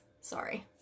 sorry